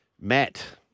Matt